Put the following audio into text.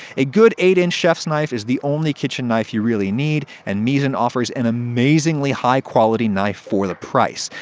a good eight inch chef's knife is the only kitchen knife you really need, and misen offers an amazingly high quality knife for the price.